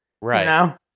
Right